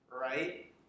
Right